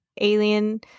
alien